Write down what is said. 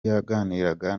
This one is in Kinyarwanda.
yaganiraga